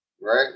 right